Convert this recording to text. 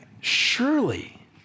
surely